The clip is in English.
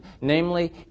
namely